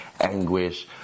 Anguish